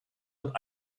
und